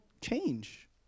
change